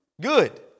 Good